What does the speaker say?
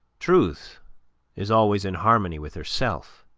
truth is always in harmony with herself,